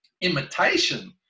imitation